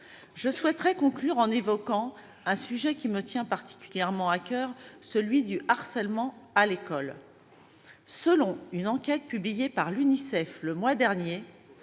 Je souhaiterais conclure en évoquant un sujet qui me tient particulièrement à coeur, celui du harcèlement à l'école. Selon une enquête publiée par l'UNICEF le mois dernier,